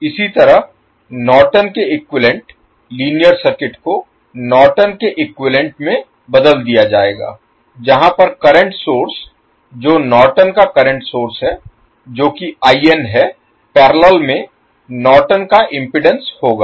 इसी तरह नॉर्टन के इक्विवैलेन्ट लीनियर सर्किट को नॉर्टन के इक्विवैलेन्ट में बदल दिया जाएगा जहाँ पर करंट सोर्स जो नॉर्टन का करंट सोर्स है जो कि है पैरेलल में नॉर्टन का इम्पीडेन्स होगा